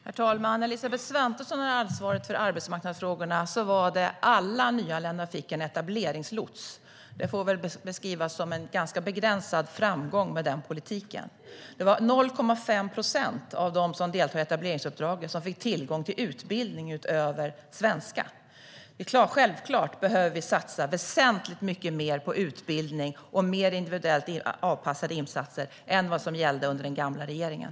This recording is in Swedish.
Herr talman! När Elisabeth Svantesson hade ansvar för arbetsmarknadsfrågorna fick alla nyanlända en etableringslots. Den politiken får väl beskrivas som en ganska begränsad framgång - det var 0,5 procent av dem som deltog i etableringsuppdraget som fick tillgång till utbildning utöver svenska. Självklart behöver vi satsa väsentligt mycket mer på utbildning och mer individuellt anpassade insatser än vad som gällde under den gamla regeringen.